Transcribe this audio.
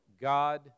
God